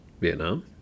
Vietnam